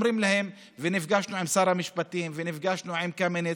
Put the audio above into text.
נפגשנו עם שר המשפטים ונפגשנו עם קמיניץ.